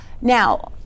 Now